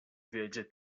wiedzie